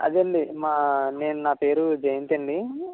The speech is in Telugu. అదే అండి మా నేను నా పేరు జయంత్ అండి